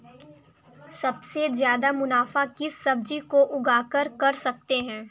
सबसे ज्यादा मुनाफा किस सब्जी को उगाकर कर सकते हैं?